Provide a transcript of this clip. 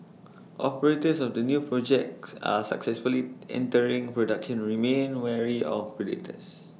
operators of the new projects are successfully entering production remain wary of predators